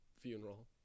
funeral